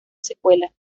secuela